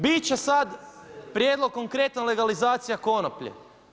Biti će sad prijedlog konkretan legalizacija konoplje.